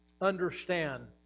understand